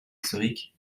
historiques